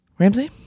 Ramsey